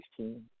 16